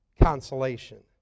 consolation